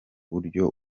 buryo